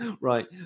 right